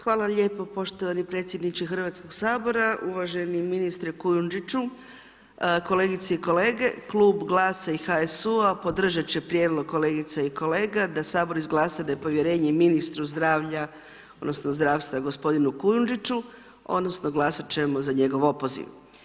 Hvala lijepo poštovani predsjedničke Hrvatskog sabora, uvaženi ministre Kujundžiću, kolegice i kolege, klub GLAS-a i HSU-a podržat će prijedlog kolegica i kolega da Sabor izglasa nepovjerenje ministru zdravlja odnosno zdravstva gospodinu Kujundžiću, odnosno glasat ćemo za njegov opoziv.